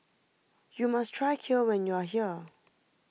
you must try Kheer when you are here